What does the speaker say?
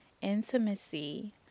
Intimacy